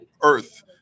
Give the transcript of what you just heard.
earth